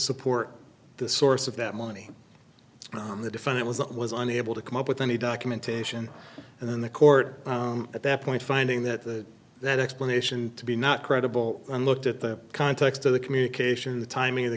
support the source of that money on the defendant was that was unable to come up with any documentation and then the court at that point finding that that explanation to be not credible and looked at the context of the communication or the timing of the